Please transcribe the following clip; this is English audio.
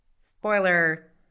spoiler